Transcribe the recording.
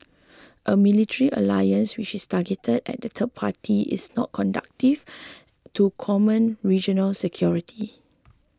a military alliance which is targeted at a third party is not conductive to common regional security